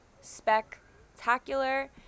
spectacular